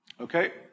Okay